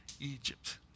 Egypt